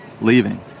leaving